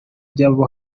byabo